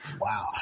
Wow